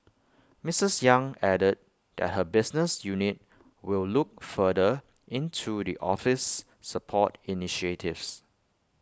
Mrs yang added that her business unit will look further into the office's support initiatives